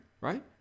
right